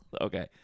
okay